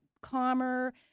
calmer